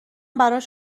براش